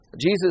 Jesus